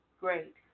great